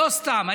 לא סתם.